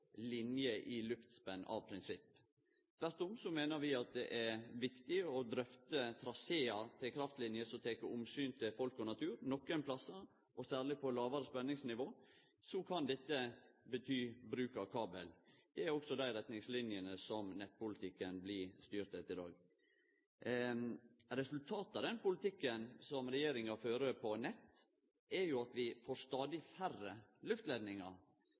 i luftspenn av prinsipp. Tvert om meiner vi at det er viktig å drøfte trasear til kraftlinjene som tek omsyn til folk og natur. Nokre stader, og særleg på lågare spenningsnivå, kan dette bety bruk av kabel. Det er også dei retningslinjene som nettpolitikken blir styrt etter i dag. Resultatet av den politikken som regjeringa fører på nett, er jo at vi får stadig færre